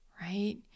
right